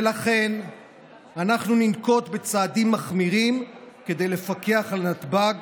ולכן אנחנו ננקוט צעדים מחמירים כדי לפקח על נתב"ג,